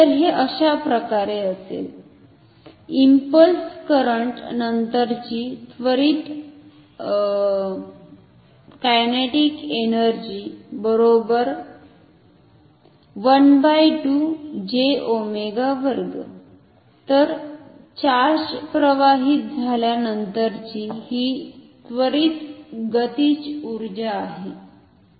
तर हे अशाप्रकारे असेल इंपल्स करंट नंतरची त्वरित कायनॅटिक एनर्जि तर चार्ज प्रवाहित झाल्यानंतरची हि त्वरित गतिज उर्जा आहे